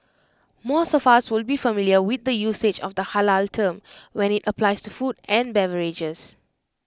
most of us will be familiar with the usage of the Halal term when IT applies to food and beverages